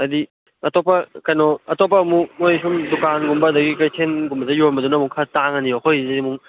ꯍꯥꯏꯗꯤ ꯑꯇꯣꯞꯄ ꯀꯩꯅꯣ ꯑꯇꯣꯞꯄ ꯑꯃꯨꯛ ꯃꯣꯏꯁꯨꯝ ꯗꯨꯀꯥꯟꯒꯨꯝꯕ ꯑꯗꯒꯤ ꯀꯩꯊꯦꯟꯒꯨꯝꯕꯗ ꯌꯣꯟꯕꯁꯤꯅ ꯑꯃꯨꯛ ꯈꯔ ꯇꯥꯡꯉꯅꯤ ꯑꯩꯈꯣꯏꯁꯤꯗꯒꯤ ꯑꯃꯨꯛ